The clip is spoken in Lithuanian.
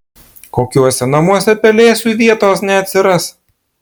kokiuose namuose pelėsiui vietos neatsiras